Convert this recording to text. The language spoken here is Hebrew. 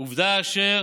עובדה אשר